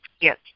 Yes